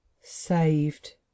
saved